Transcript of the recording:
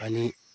अनि